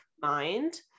mind